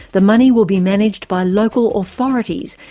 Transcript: the money will be managed by local authorities,